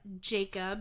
jacob